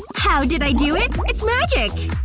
how did i do it? it's magic!